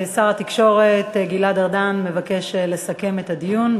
שר התקשורת גלעד ארדן מבקש לסכם את הדיון.